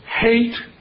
hate